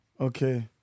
Okay